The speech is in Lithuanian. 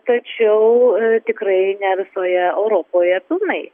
tačiau tikrai ne visoje europoje pilnai